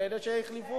אז תראה.